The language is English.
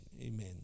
amen